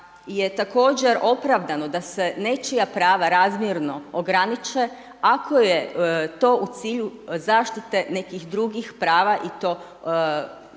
da je također opravdano da se nečija prava razmjerno ograniče ako je to u cilju zaštite nekih drugih prava i to onih